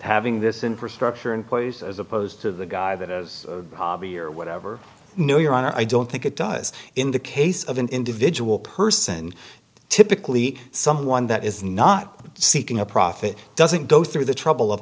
having this infrastructure and poised as opposed to the guy that as a hobby or whatever no your honor i don't think it does in the case of an individual person typically someone that is not seeking a profit doesn't go through the trouble of